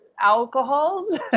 alcohols